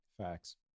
Facts